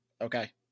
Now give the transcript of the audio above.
okay